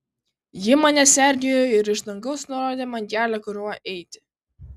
ji mane sergėjo ir iš dangaus nurodė man kelią kuriuo eiti